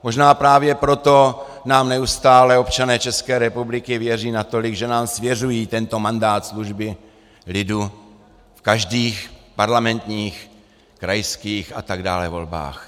Možná právě proto nám neustále občané České republiky věří natolik, že nám svěřují tento mandát služby lidu v každých parlamentních, krajských atd. volbách.